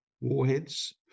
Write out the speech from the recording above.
warheads